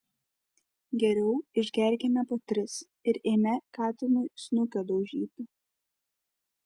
geriau išgerkime po tris ir eime katinui snukio daužyti